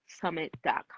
Summit.com